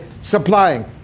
supplying